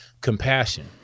compassion